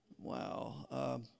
Wow